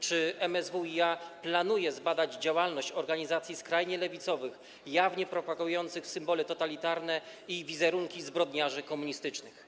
Czy MSWiA planuje zbadać działalność organizacji skrajnie lewicowych, jawnie propagujących symbole totalitarne i wizerunki zbrodniarzy komunistycznych?